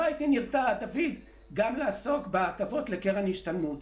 גם לא הייתי נרתע מלעסוק בהטבות לקרן השתלמות.